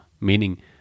meaning